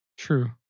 true